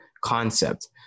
concept